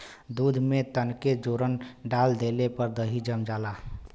दूध में तनके जोरन डाल देले पर दही जम जाला